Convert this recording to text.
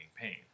pain